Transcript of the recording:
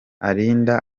arinda